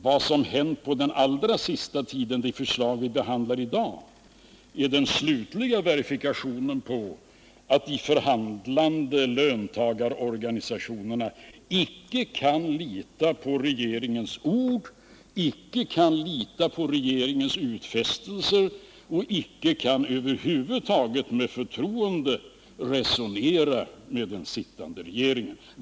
Vad som hänt på den allra senaste tiden — de förslag vi behandlar i dag — är den slutliga verifikationen på att de förhandlande löntagarorganisationerna icke kan lita på regeringens ord, icke kan lita på regeringens utfästelser och icke kan över huvud taget med förtroende resonera med den sittande regeringen.